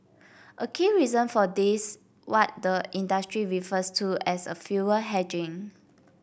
a key reason for this what the industry refers to as a fuel hedging